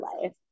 life